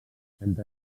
entre